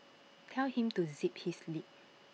tell him to zip his lip